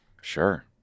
sure